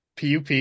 PUP